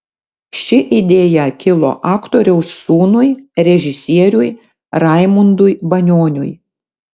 ši idėja kilo aktoriaus sūnui režisieriui raimundui banioniui